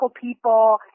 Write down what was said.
people